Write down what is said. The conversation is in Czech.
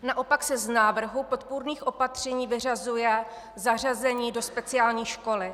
Naopak se z návrhu podpůrných opatření vyřazuje zařazení do speciální školy.